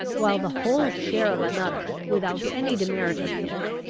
while the whole share of another, without any demerit of his,